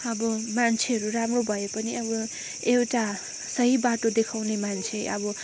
अब मान्छेहरू राम्रो भए पनि अब एउटा सही बाटो देखाउने मान्छे अब